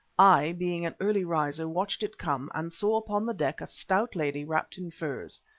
i, being an early riser, watched it come and saw upon the deck a stout lady wrapped in furs,